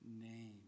name